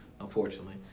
unfortunately